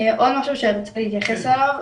עוד משהו שארצה להתייחס אליו,